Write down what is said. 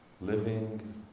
living